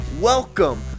welcome